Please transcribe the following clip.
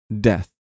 death